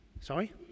Sorry